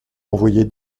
envoyer